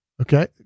Okay